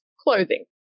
clothing